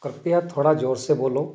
कृपया थोड़ा जोर से बोलो